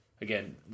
again